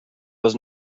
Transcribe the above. was